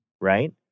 right